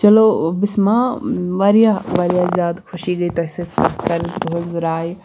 چَلو بِسما واریاہ واریاہ زِیادٕ خوشی گٔیہِ تۄہہِ سٟتۍ کَتھ کَرنہٕ سٟتۍ تُہٕنٛز راے